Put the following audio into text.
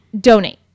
donate